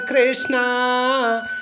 Krishna